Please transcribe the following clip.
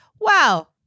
wow